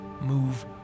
move